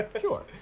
Sure